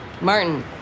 Martin